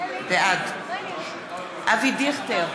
בעד אבי דיכטר,